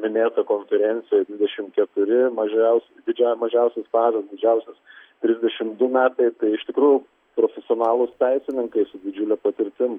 minėta konferencijoj dvidešimt keturi mažiausias didžiau mažiausias stažas didžiausias trisdešimt du metai tai iš tikrųjų profesionalūs teisininkai su didžiule patirtim